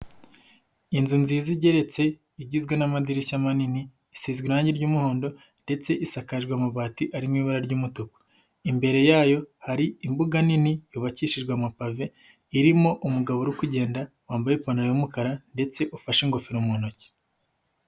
Inzu nziza igeretse, igizwe n'amadirishya manini, isizwe irangi ry'umuhondo, ndetse isakajwe amabati ari mu ibara ry'umutuku. imbere yayo, hari imbuga nini yubakishijwe amapave, irimo umugabo uri kugenda, wambaye ipantaro y'umukara, ndetse ufashe ingofero mu ntoki.